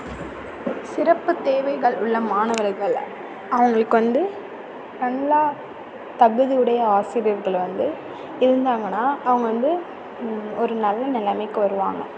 சிறப்புத் தேவைகள் உள்ள மாணவர்கள் அவர்களுக்கு வந்து நல்ல தகுதி உடைய ஆசிரியர்கள் வந்து இருந்தாங்கனா அவங்க வந்து ஒரு நல்ல நிலைமைக்கு வருவாங்க